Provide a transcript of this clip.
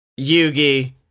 Yugi